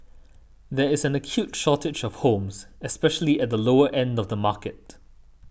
there is an acute shortage of homes especially at the lower end of the market